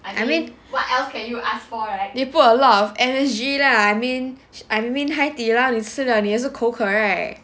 I mean they put a lot of M_S_G lah I mean I mean Hai Di Lao 你吃了你也是口渴 right